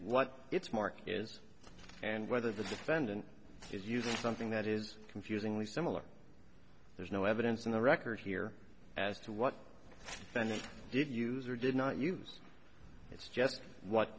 what its mark is and whether the defendant is using something that is confusingly similar there's no evidence in the record here as to what venue did use or did not use it's just what